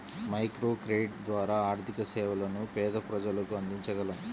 microcredit ద్వారా ఆర్థిక సేవలను పేద ప్రజలకు అందించగలం